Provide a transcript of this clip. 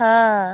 हाँ